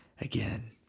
again